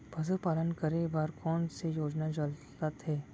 पशुपालन करे बर कोन से योजना चलत हे?